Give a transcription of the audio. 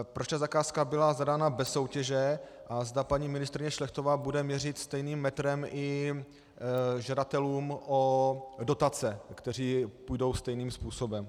Proč ta zakázka byla zadána bez soutěže a zda paní ministryně Šlechtová bude měřit stejným metrem i žadatelům o dotace, kteří půjdou stejným způsobem.